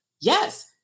Yes